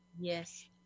yes